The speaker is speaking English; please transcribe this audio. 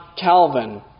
Calvin